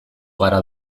gara